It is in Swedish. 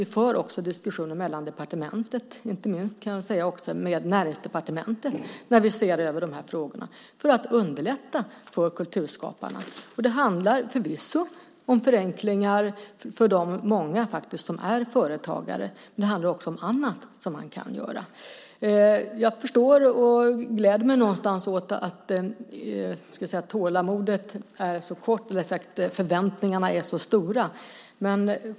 Vi för också diskussionen inom departementet, inte minst också med näringsdepartementet och ser över de här frågorna för att underlätta för kulturskaparna. Det handlar förvisso om förenklingar för alla dem som är företagare. Det handlar också om annat som man kan göra. Jag förstår och gläder mig någonstans åt att förväntningarna är så stora.